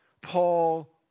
Paul